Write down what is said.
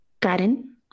Karen